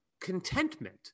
contentment